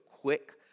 quick